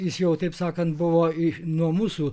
jis jau taip sakant buvo ir nuo mūsų